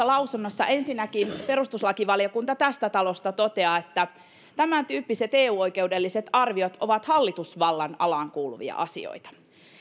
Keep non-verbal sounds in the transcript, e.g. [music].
[unintelligible] lausunnossa ensinnäkin perustuslakivaliokunta tästä talosta toteaa että tämäntyyppiset eu oikeudelliset arviot ovat hallitusvallan alaan kuuluvia asioita